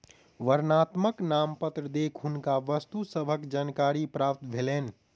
वर्णनात्मक नामपत्र देख हुनका वस्तु सभक जानकारी प्राप्त भेलैन